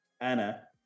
Anna